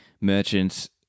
merchants